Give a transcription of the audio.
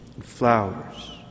flowers